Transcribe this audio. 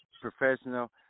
professional